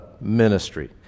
ministry